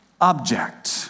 object